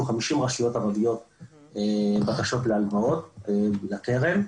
50 רשויות ערביות בקשות להלוואות לקרן.